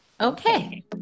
Okay